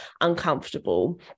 uncomfortable